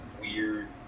weird